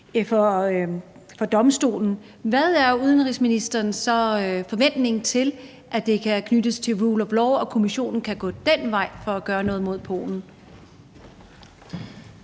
for Domstolen, hvad er så udenrigsministerens forventning til, at det kan knyttes til rule of law og Kommissionen kan gå den vej for at gøre noget mod Polen?